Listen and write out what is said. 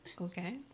Okay